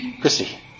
Christy